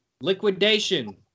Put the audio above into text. Liquidation